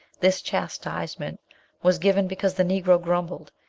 this chastisement was given because the negro grumbled,